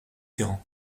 terrain